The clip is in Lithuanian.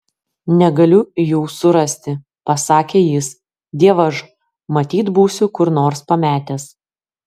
negaliu jų surasti pasakė jis dievaž matyt būsiu kur nors pametęs